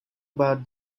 about